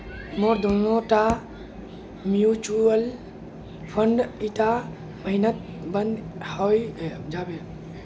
मोर दोनोटा mutual fund ईटा महिनात बंद हइ जाबे